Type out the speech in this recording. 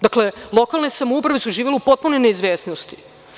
Dakle, lokalne samouprave su živele u potpunoj neizvesnosti.